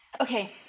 Okay